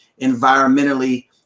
environmentally